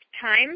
time